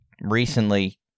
recently